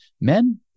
men